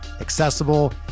accessible